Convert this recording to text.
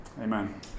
Amen